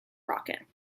rocket